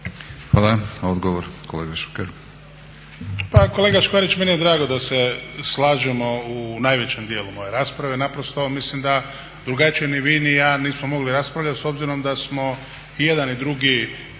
Hvala. Odgovor, kolega Borić.